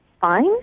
fine